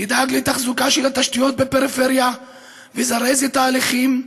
תדאג לתחזוקה של התשתיות בפריפריה וזרז את ההליכים התכנוניים,